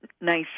nice